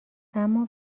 اما